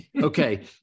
Okay